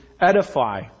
edify